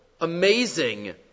amazing